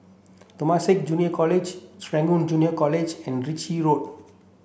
Temasek Junior College Serangoon Junior College and Ritchie Road